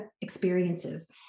experiences